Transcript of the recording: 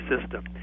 system